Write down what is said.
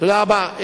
תודה רבה.